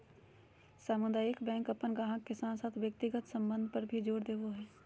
सामुदायिक बैंक अपन गाहक के साथ व्यक्तिगत संबंध पर भी जोर देवो हय